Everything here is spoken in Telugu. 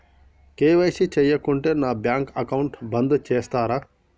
కే.వై.సీ చేయకుంటే నా బ్యాంక్ అకౌంట్ బంద్ చేస్తరా?